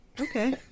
Okay